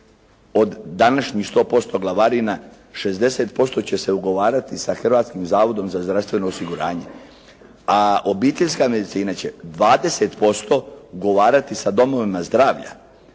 od današnjih 100% glavarina, 60% će se ugovarati sa Hrvatskim zavodom za zdravstveno osiguranje. A obiteljska medicina će 20% ugovarati sa domovima zdravlja